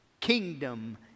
kingdom